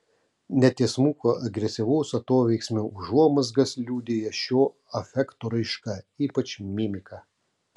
netiesmuko agresyvaus atoveiksmio užuomazgas liudija šio afekto raiška ypač mimika